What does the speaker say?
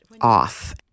off